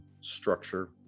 structure